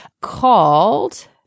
called